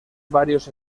varios